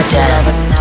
dance